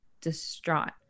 distraught